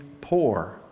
poor